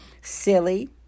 silly